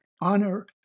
honor